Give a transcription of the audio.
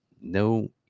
no